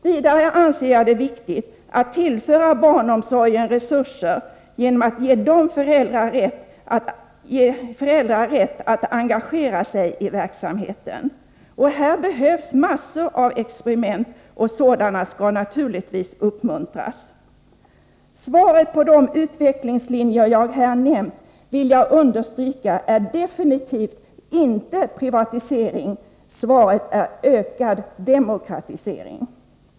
Vidare anser jag det vara viktigt att tillföra barnomsorgen resurser genom att ge föräldrar rätt att engagera sig i verksamheten. Här behövs massor av experiment, och sådana skall naturligtvis uppmuntras. Beträffande de utvecklingslinjer jag här nämnt vill jag understryka att svaret definitivt inte är privatisering, utan ökad demokratisering.